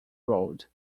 road